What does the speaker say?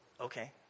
Okay